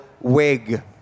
wig